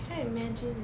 trying to imagine